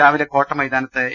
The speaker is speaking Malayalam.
രാവിലെ കോട്ടമൈതാനത്ത് എ